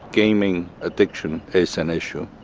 gaming addiction is an issue.